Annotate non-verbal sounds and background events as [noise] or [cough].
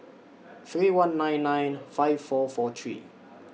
[noise] three one nine nine five four four three